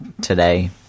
Today